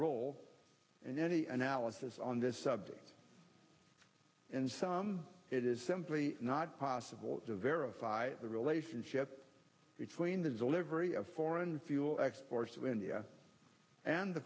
role and any analysis on this subject and some it is simply not possible to verify the relationship between the delivery of foreign fuel exports to india and the